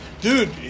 Dude